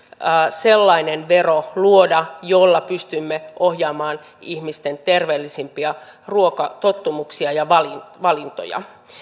sellaisen veron luoda jolla pystymme ohjaamaan ihmisille terveellisempiä ruokatottumuksia ja valintoja